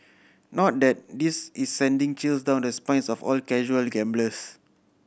not that this is sending chills down the spines of all casual gamblers